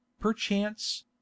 perchance